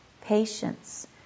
patience